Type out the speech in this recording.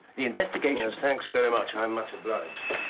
the investigation. thanks very much. i'm much obliged.